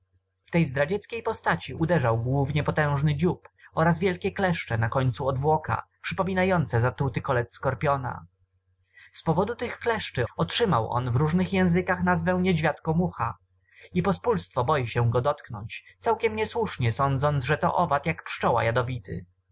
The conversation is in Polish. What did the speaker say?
w tej zdradzieckiej postaci uderzał głównie potężny dziób oraz wielkie kleszcze na końcu odwłoka przypominające zatruty kolec skorpiona z powodu tych kleszczy otrzymał on w różnych językach nazwę niedźwiadkomucha i pospólstwo boi się go dotknąć całkiem niesłusznie sądząc że to owad jak pszczoła jadowity